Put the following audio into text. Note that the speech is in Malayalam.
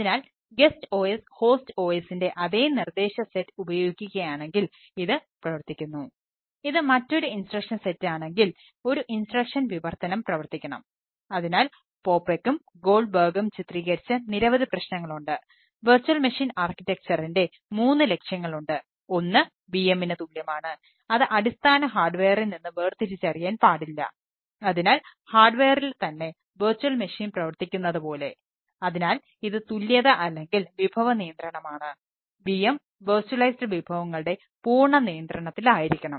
അതിനാൽ ഗസ്റ്റ് വിഭവങ്ങളുടെ പൂർണ്ണ നിയന്ത്രണത്തിലായിരിക്കണം